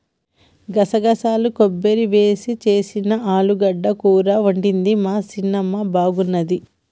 గసగసాలు కొబ్బరి వేసి చేసిన ఆలుగడ్డ కూర వండింది మా చిన్నమ్మ బాగున్నది